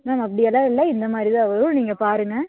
ma'am அப்படி எல்லாம் இல்லை இந்த மாதிரி தான் வரும் நீங்கள் பாருங்க